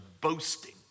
boasting